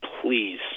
please